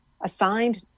assigned